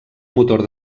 motor